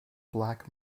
black